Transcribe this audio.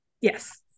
Yes